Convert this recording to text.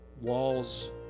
walls